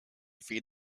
feed